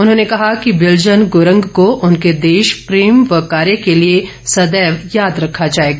उन्होंने कहा कि बिलजन गुरंग को उनके देश प्रेम व कार्य के लिए सदैव याद रखा जाएगा